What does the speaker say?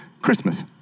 Christmas